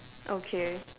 okay